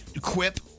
Quip